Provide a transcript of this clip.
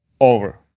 over